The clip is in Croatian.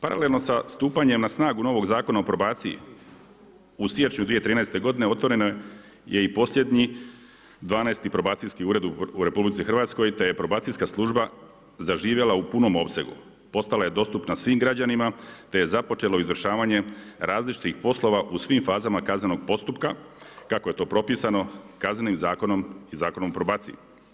Paralelno sa stupanjem na snagu novog Zakona o probaciji u siječnju 2013. godine otvoren je i posljednji 12. probacijski ured u RH te je probacijska služba zaživjela u punom opsegu, postala je dostupna svim građanima te je započelo izvršavanje različitih poslova u svim fazama kaznenog postupka kako je to propisani Kaznenim zakonom i Zakonom o probaciji.